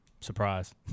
surprise